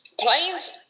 Planes